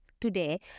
Today